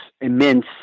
immense